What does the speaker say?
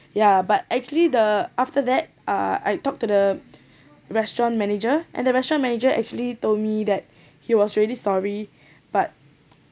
ya but actually the after that uh I talked to the restaurant manager and the restaurant manager actually told me that he was really sorry but